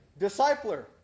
discipler